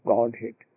Godhead